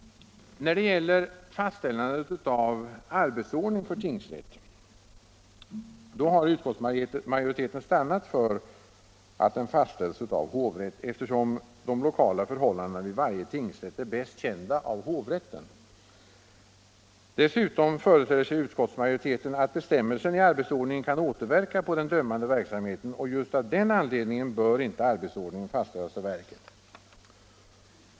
När det gäller fastställande av arbetsordning för tingsrätt har utskottsmajoriteten stannat för att den fastställs av hovrätt, eftersom de lokala förhållandena vid varje tingsrätt är bäst kända av hovrätten. Dessutom föreställer sig utskottsmajoriteten att bestämmelser i arbetsordningen kan återverka på den dömande verksamheten, och just av den anledningen bör inte arbetsordningen fastställas av verket.